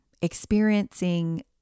experiencing